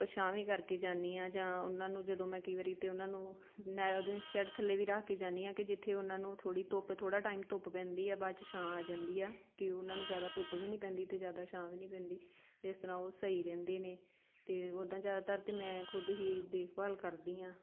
ਵੀ ਕਰਕੇ ਜਾਂਦੀ ਹਾਂ ਜਾਂ ਉਹਨਾਂ ਨੂੰ ਜਦੋਂ ਮੈਂ ਕਈ ਵਾਰੀ ਤਾਂ ਉਹਨਾਂ ਨੂੰ ਨ ਉਹਦੇ ਸ਼ੈੱਡ ਥੱਲੇ ਵੀ ਰੱਖ ਕੇ ਜਾਂਦੀ ਹਾਂ ਕਿ ਜਿੱਥੇ ਉਹਨਾਂ ਨੂੰ ਥੋੜ੍ਹੀ ਧੁੱਪ ਥੋੜ੍ਹਾ ਟਾਈਮ ਧੁੱਪ ਪੈਂਦੀ ਹੈ ਬਾਅਦ 'ਚ ਛਾਂ ਆ ਜਾਂਦੀ ਆ ਕਿ ਉਹਨਾਂ ਨੂੰ ਜ਼ਿਆਦਾ ਧੁੱਪ ਵੀ ਨਹੀਂ ਪੈਂਦੀ ਅਤੇ ਜ਼ਿਆਦਾ ਛਾਂ ਵੀ ਨਹੀਂ ਪੈਂਦੀ ਇਸ ਤਰ੍ਹਾਂ ਉਹ ਸਹੀ ਰਹਿੰਦੀ ਨੇ ਅਤੇ ਉੱਦਾਂ ਜ਼ਿਆਦਾਤਰ ਤਾਂ ਮੈਂ ਖੁਦ ਹੀ ਦੇਖਭਾਲ ਕਰਦੀ ਹਾਂ